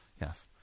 Yes